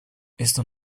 esto